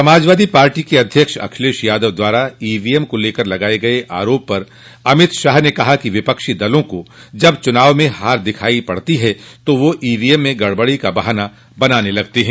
सपा अध्यक्ष अखिलेश यादव द्वारा ईवीएम को लेकर लगाये गये आरोप पर अमित शाह ने कहा कि विपक्षी दलों को जब चुनाव में हार दोखने लगती है तो वे ईवीएम में गड़बड़ी का बहाना बनाने लगते हैं